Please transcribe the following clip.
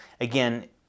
Again